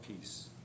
peace